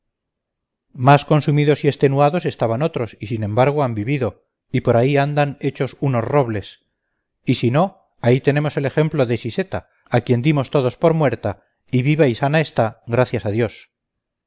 más consumidos y extenuados estaban otros y sin embargo han vivido y por ahí andan hechos unos robles y si no ahí tenemos el ejemplo de siseta a quien dimos todos por muerta y viva y sana está gracias a dios